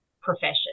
profession